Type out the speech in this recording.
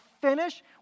finish